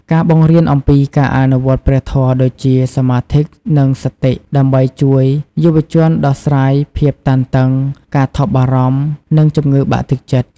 ការបង្រៀនអំពីការអនុវត្តព្រះធម៌ដូចជាសមាធិ និងសតិ ដើម្បីជួយយុវជនដោះស្រាយភាពតានតឹង ការថប់បារម្ភ និងជំងឺបាក់ទឹកចិត្ត។